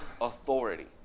authority